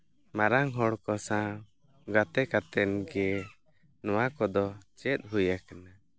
ᱢᱟᱨᱟᱝ ᱦᱚᱲ ᱠᱚ ᱥᱟᱶ ᱜᱟᱛᱮ ᱠᱟᱛᱮᱱ ᱜᱮ ᱱᱚᱣᱟ ᱠᱚᱫᱚ ᱪᱮᱫ ᱦᱩᱭᱟᱠᱟᱱᱟ